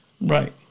right